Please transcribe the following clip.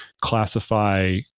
classify